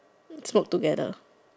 smoke together